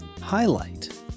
highlight